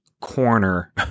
corner